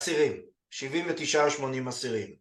אסירים, שבעים ותשע ושמונים אסירים